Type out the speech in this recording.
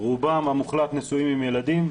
רובם המוחלט נשואים עם ילדים.